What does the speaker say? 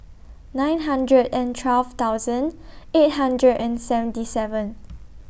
nine hundred and twelve thousand eight hundred and seventy seven